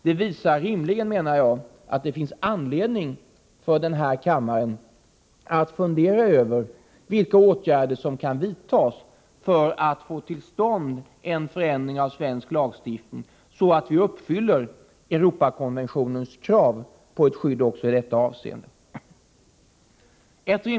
Det visar rimligen att det finns anledning för denna kammare att fundera över vilka åtgärder som kan vidtas för att få till stånd en ändring av svensk lagstiftning så att vi uppfyller Europakonventionens krav på ett skydd också i detta avseende.